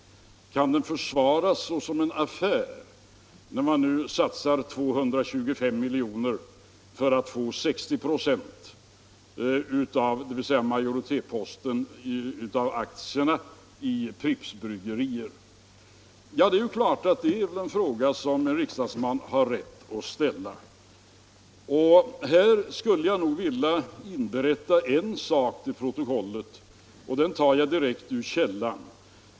Kan den försvaras såsom en affär, när man nu satsar 225 miljoner för att få 60 96 — dvs. majoritetsposten — av aktierna i AB Pripps Bryggerier? Ja, det är självfallet en fråga som en riksdagsman har rätt att ställa. Och här skulle jag vilja inberätta en sak till protokollet —- jag tar den direkt ur källan.